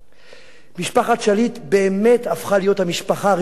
משפחת שליט באמת הפכה להיות המשפחה הראשונה של ישראל.